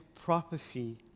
prophecy